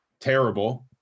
terrible